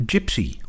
Gypsy